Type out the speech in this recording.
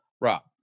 Rob